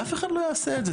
אף אחד לא יעשה את זה,